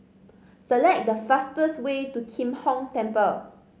select the fastest way to Kim Hong Temple